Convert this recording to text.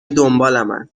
دنبالمن